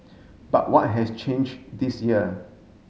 but what has changed this year